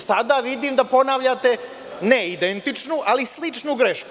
Sada vidim da ponavljate, ne identičnu, ali sličnu grešku.